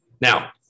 Now